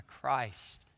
Christ